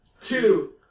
two